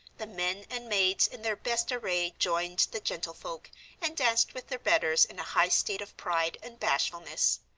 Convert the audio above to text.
the men and maids in their best array joined the gentlefolk and danced with their betters in a high state of pride and bashfulness.